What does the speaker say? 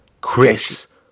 Chris